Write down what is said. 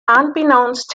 unbeknownst